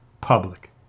public